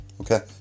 Okay